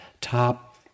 top